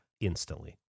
instantly